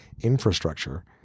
Infrastructure